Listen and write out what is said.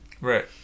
Right